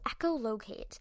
echolocate